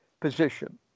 position